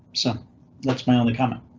so that's my only comment.